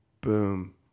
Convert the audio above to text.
boom